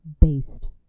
based